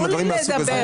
דברים מהסוג הזה.